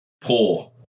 poor